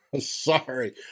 Sorry